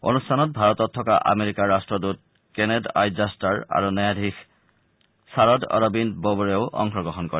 অনুষ্ঠানত ভাৰতত থকা আমেৰিকাৰ ৰাষ্ট্ৰদূত কেনেড আই জাষ্টাৰ আৰু ন্যায়াধীশ শাৰদ অৰৱিন্দ ব'বড়েও অংশগ্ৰহণ কৰে